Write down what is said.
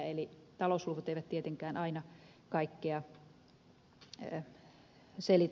eli talousluvut eivät tietenkään aina kaikkea selitä